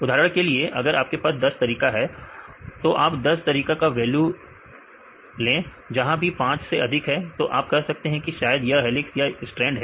उदाहरण के लिए अगर आपके पास 10 तरीका है तो आप 10 तरीका का वैल्यू ले जहां भी 5 से अधिक है तो आप कह सकते हैं कि शायद यह हेलिक्स या स्ट्रैंड है